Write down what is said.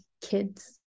kids